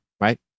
right